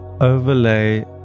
overlay